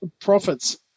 profits